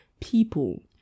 people